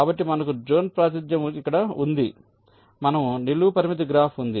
కాబట్టి మనకు జోన్ ప్రాతినిధ్యం ఉంది మనకు నిలువు పరిమితి గ్రాఫ్ ఉంది